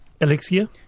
Alexia